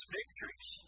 victories